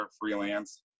freelance